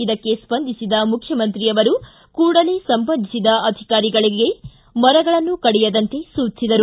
ಇದಕ್ಕೆ ಸ್ಪಂದಿಸಿದ ಮುಖ್ಯಮಂತ್ರಿಯವರು ಕೂಡಲೇ ಸಂಬಂಧಿಸಿದ ಅಧಿಕಾರಿಗಳಿಗೆ ಮರಗಳನ್ನು ಕಡಿಯದಂತೆ ಸೂಚಿಸಿದರು